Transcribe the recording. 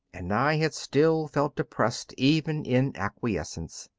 and i had still felt depressed even in acquiescence.